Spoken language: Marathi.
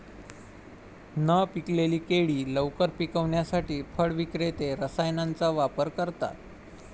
न पिकलेली केळी लवकर पिकवण्यासाठी फळ विक्रेते रसायनांचा वापर करतात